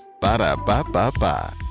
Ba-da-ba-ba-ba